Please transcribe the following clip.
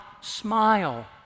smile